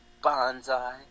bonsai